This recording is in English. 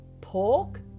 pork